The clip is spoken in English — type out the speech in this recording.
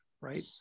right